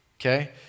okay